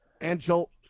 Angel